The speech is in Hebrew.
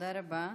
תודה רבה.